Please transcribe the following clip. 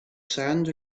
sand